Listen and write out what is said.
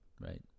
right